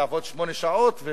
ולעבוד שמונה שעות.